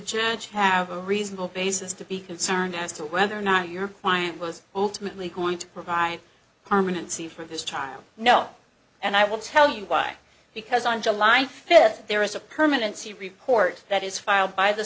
judge have a reasonable basis to be concerned as to whether or not your client was ultimately going to provide carmen c for his child no and i will tell you why because on july fifth there is a permanency report that is filed by the